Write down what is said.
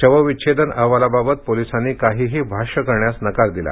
शवविच्छेदन अहवालाबाबत पोलिसांनी काहीही भाष्य करण्यास नकार दिला